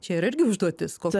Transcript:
čia yra irgi užduotis kol